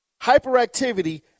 hyperactivity